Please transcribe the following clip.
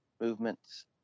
movements